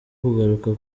kugaruka